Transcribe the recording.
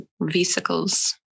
vesicles